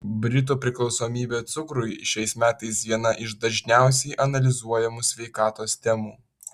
britų priklausomybė cukrui šiais metais viena iš dažniausiai analizuojamų sveikatos temų